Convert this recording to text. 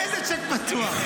איזה צ'ק פתוח?